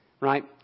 right